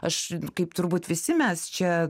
aš kaip turbūt visi mes čia